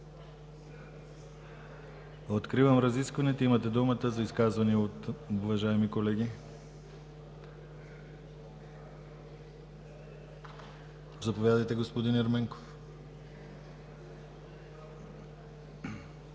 Откривам разискванията. Имате думата за изказвания, уважаеми колеги. Заповядайте, господин Ерменков.